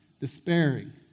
Despairing